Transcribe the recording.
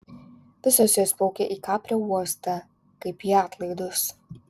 visos jos plaukia į kaprio uostą kaip į atlaidus